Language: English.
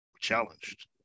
challenged